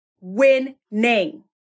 winning